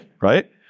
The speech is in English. right